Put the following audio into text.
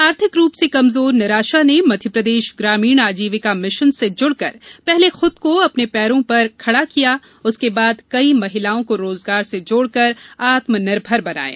आर्थिक रूप से कमजोर निराशा ने मप्र ग्रामीण आजीविका मिशन के समृह से जुड़कर पहले खूद को अपने पैरों पर खड़ा किया और उसके बाद कई महिलाओं को रोजगार से जोड़कर आत्मनिर्भर बनाया